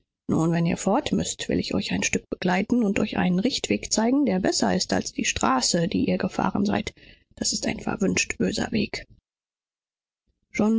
nun wenn ihr müßt so will ich euch ein stück begleiten und euch einen richteweg zeigen der euch besser hinbringen wird als der auf dem ihr kamt das ist ein bitter böser weg